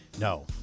No